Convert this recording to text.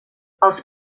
els